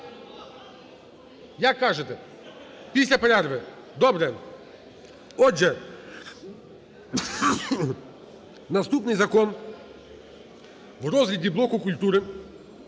Як кажете? Після перерви, добре. Отже, наступний закон в розгляді блоку культури